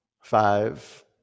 Five